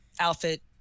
outfit